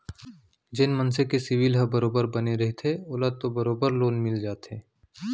जेन मनसे के सिविल ह बरोबर बने रहिथे ओला तो बरोबर लोन मिल जाथे